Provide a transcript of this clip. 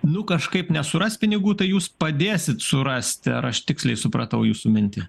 nu kažkaip nesuras pinigų tai jūs padėsit surasti ar aš tiksliai supratau jūsų mintį